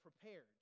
prepared